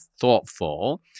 thoughtful